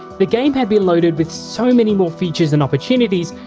the game had been loaded with so many more features and opportunities,